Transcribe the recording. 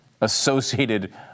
associated